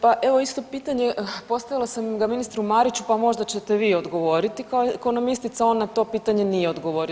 Pa evo isto pitanje postavila sam ga ministru Mariću, pa možda ćete vi odgovoriti kao ekonomistica, on na to pitanje nije odgovorio.